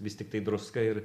vis tiktai druska ir